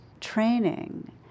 training